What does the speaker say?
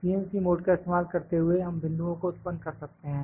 CNC mode का इस्तेमाल करते हुए हम बिंदुओं को उत्पन्न कर सकते हैं